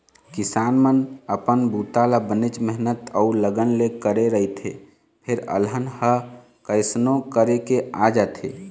किसान मन अपन बूता ल बनेच मेहनत अउ लगन ले करे रहिथे फेर अलहन ह कइसनो करके आ जाथे